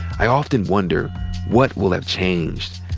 i often wonder what will have changed.